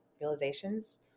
realizations